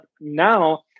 now